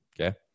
okay